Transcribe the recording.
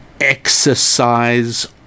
exercise